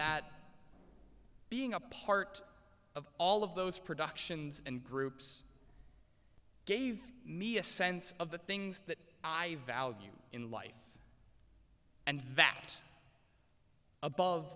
that being a part of all of those productions and groups gave me a sense of the things that i value in life and